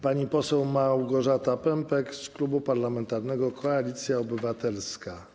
Pani poseł Małgorzata Pępek z Klubu Parlamentarnego Koalicja Obywatelska.